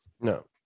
no